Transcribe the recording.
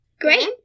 Great